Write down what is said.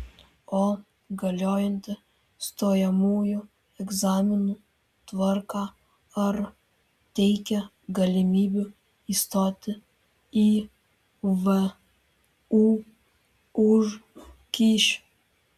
o galiojanti stojamųjų egzaminų tvarka ar teikia galimybių įstoti į vu už kyšį